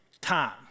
time